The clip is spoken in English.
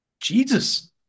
jesus